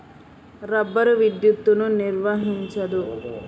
rubber విద్యుత్తును నిర్వహించదు